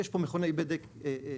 ויש פה מכונאי בדק.